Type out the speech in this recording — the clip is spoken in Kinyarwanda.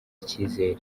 icyizere